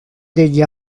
degli